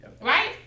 right